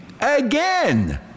again